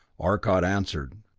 arcot answered.